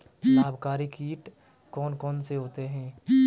लाभकारी कीट कौन कौन से होते हैं?